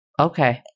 Okay